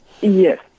Yes